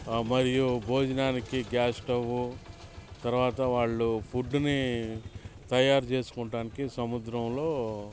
మరియు భోజనానికి gas stove తర్వాత వాళ్ళు ఫుడ్డుని తయారు చేసుకుంటానికి సముద్రంలో